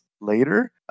later